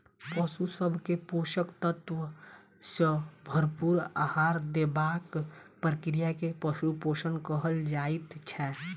पशु सभ के पोषक तत्व सॅ भरपूर आहार देबाक प्रक्रिया के पशु पोषण कहल जाइत छै